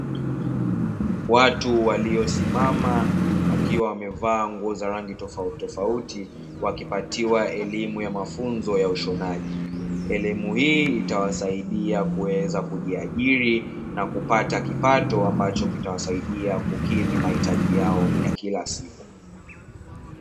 Watu waliosimama wakiwa wamevaa nguo za rangi tofautitofauti, wakipatiwa elimu ya mafunzo ya ushonaji. Elimu hii itawasaidia kuweza kujiari, na kupata kipato ambacho kitawasaidia kukidhi mahitaji yao ya kila siku.